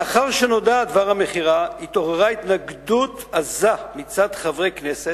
לאחר שנודע דבר המכירה התעוררה התנגדות עזה מצד חברי כנסת,